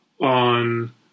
on